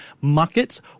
markets